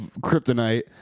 kryptonite